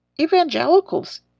Evangelicals